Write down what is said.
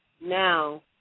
now